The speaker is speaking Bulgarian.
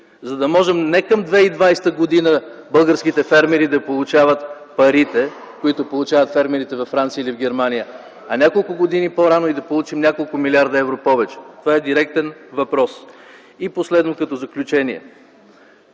За да може не към 2020 г. българските фермери да получават парите, които получават фермерите във Франция или в Германия, а няколко години по-рано и да получим няколко милиарда евро повече. Това е директен въпрос. И последно, като заключение